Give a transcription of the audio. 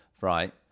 right